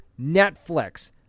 Netflix